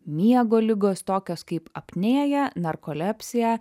miego ligos tokios kaip apnėja narkolepsija